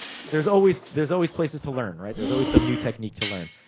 there's always there's always places to learn, right? there's always some new technique to learn.